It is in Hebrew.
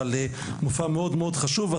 אבל מופע מאוד מאוד חשוב.